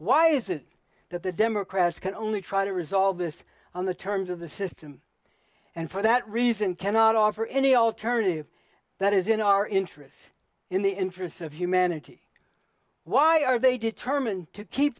why is it that the democrats can only try to resolve this on the terms of the system and for that reason cannot offer any alternative that is in our interest in the interests of humanity why are they determined to keep